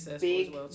big